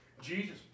Jesus